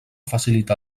facilita